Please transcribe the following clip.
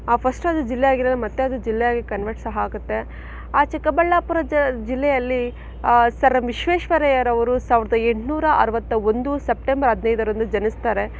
first ಅದು ಜಿಲ್ಲೆಯಾಗಿರಲ್ಲ ಮತ್ತೆ ಅದು ಜಿಲ್ಲೆಯಾಗಿ ಕನ್ವರ್ಟ್ ಸಹ ಆಗತ್ತೆ ಆ ಚಿಕ್ಕಬಳ್ಳಾಪುರ ಜ ಜಿಲ್ಲೆಯಲ್ಲಿ ಸರ್ ಎಂ ವಿಶ್ವೇಶ್ವರಯ್ಯರವರು ಸಾವಿರದ ಎಂಟುನೂರ ಅರುವತ್ತ ಒಂದು ಸೆಪ್ಟೆಂಬರ್ ಹದಿನೈದರಂದು ಜನಿಸ್ತಾರೆ